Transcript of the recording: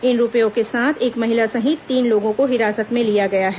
इन रूपयों के साथ एक महिला सहित तीन लोगों को हिरासत में लिया गया है